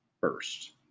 first